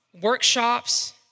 workshops